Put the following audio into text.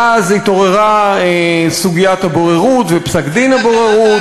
ואז התעוררה סוגיית הבוררות, ופסק-דין הבוררות,